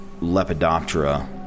Lepidoptera